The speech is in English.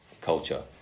culture